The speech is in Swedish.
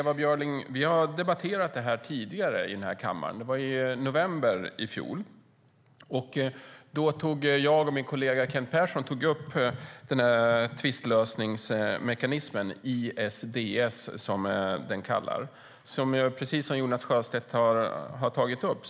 Vi har debatterat detta tidigare i kammaren, Ewa Björling, och det var i november i fjol. Då tog jag och min kollega Kent Persson upp tvistlösningsmekanismen ISDS, precis som Jonas Sjöstedt har tagit upp.